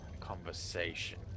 conversation